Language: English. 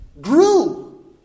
grew